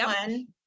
one